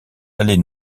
allées